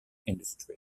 industry